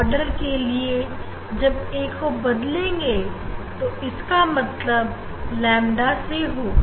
order के लिए जब a को बढ़ाएंगे तो इसका मतलब lambda से होगा